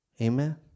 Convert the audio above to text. Amen